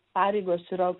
pareigos yra